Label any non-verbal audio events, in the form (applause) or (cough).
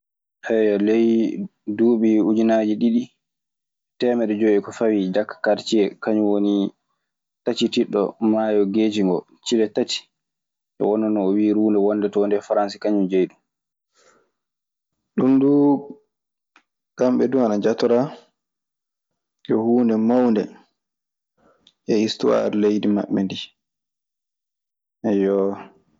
(hesitation) ley duɓi ujunaji ɗiɗɗi temeeɗe joyi e ko fawi, jake kartier kaŋum woni tcitine ɗon maƴo geci koo cilli tati, dum wonon non o winon runɗe wonnon ton nde farase kaŋum jeydum. Ɗun duu, kamɓe duu ana jatoraa yo huunde mawnde e istuwaar leydi maɓɓe ndii. Eyyoo.